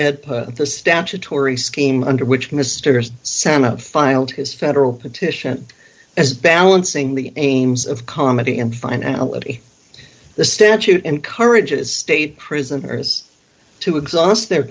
the statutory scheme under which mr santa filed his federal petition as balancing the aims of comedy and finality the statute encourages state prisoners to exhaust their